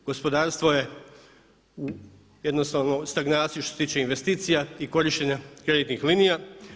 Gospodarstvo je jednostavno u stagnaciji što se tiče investicija i korištenja kreditnih linija.